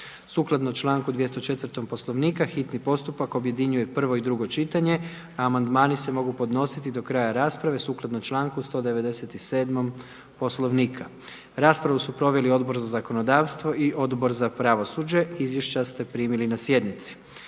Sukladno članku 204. Poslovnika hitni postupak objedinjuje prvo i drugo čitanje, a amandmani se mogu podnositi do kraja rasprave sukladno članku 197. Poslovnika. Raspravu su proveli Odbor za zakonodavstvo i Odbor za pravosuđe, a izvješća ste primili na sjednici.